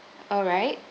alright